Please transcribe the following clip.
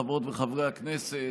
חברות וחברי הכנסת,